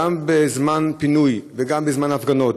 גם בזמן פינוי וגם בזמן הפגנות,